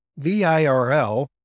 VIRL